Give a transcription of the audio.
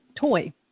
toy